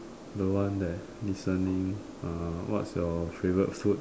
the one that's listening uh what's your favorite food